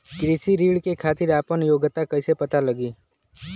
कृषि ऋण के खातिर आपन योग्यता कईसे पता लगी?